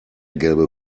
gelbe